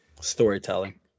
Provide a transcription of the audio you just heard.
Storytelling